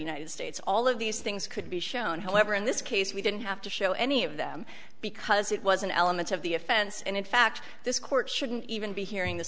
united states all of these things could be shown however in this case we didn't have to show any of them because it was an element of the offense and in fact this court shouldn't even be hearing th